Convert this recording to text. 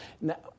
Now